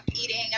eating